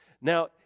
Now